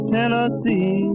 Tennessee